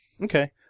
Okay